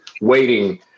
waiting